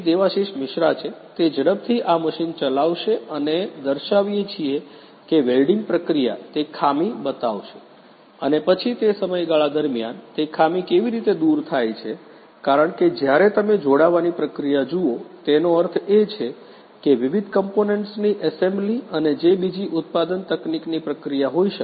દેવાશિષ મિશ્રા છે તે ઝડપથી આ મશીન ચલાવશે અને અમે દર્શાવીએ છીએ કે વેલ્ડીંગ પ્રક્રિયા તે ખામી બતાવશે અને પછી તે સમયગાળા દરમિયાન તે ખામી કેવી રીતે દૂર થાય છે કારણ કે જ્યારે તમે જોડાવાની પ્રક્રિયા જુઓ તેનો અર્થ એ છે કે વિવિધ કમ્પોનન્ટ્સની એસેમ્બલી અને જે બીજી ઉત્પાદન તકનીકની પ્રક્રિયા હોઈ શકે